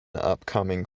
upcoming